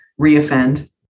reoffend